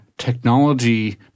technology